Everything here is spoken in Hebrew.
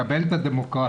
מקבל את הדמוקרטיה.